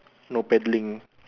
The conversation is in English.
no paddling ah